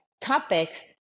topics